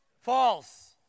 False